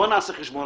בוא נעשה חשבון.